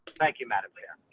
thank you madam. yeah